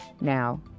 Now